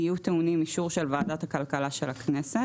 יהיו טעונים אישור של ועדת הכלכלה של הכנסת.